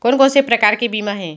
कोन कोन से प्रकार के बीमा हे?